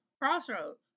Crossroads